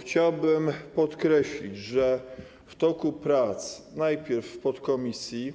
Chciałbym podkreślić, że w toku prac - najpierw w podkomisji,